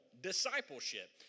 discipleship